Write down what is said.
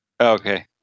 Okay